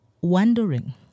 wondering